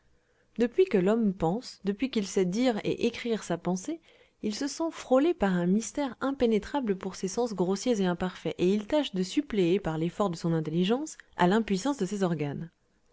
depuis que l'homme pense depuis qu'il sait dire et écrire sa pensée il se sent frôlé par un mystère impénétrable pour ses sens grossiers et imparfaits et il tâche de suppléer par l'effort de son intelligence à l'impuissance de ses organes